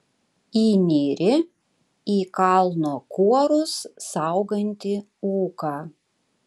įnyri į kalno kuorus saugantį ūką